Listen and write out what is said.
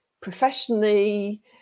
professionally